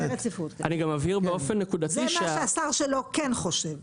זה מה שהשר שלו כן חושב,